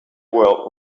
world